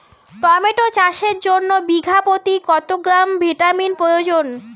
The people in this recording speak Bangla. টমেটো চাষের জন্য বিঘা প্রতি কত গ্রাম ভিটামিন প্রয়োজন?